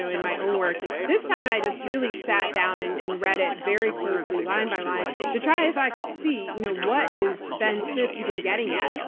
so in my own work. this time, i just really sat down and read it very closely, line by line, to try if i could see, you know what is ben smith even getting at?